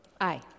Aye